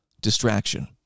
distraction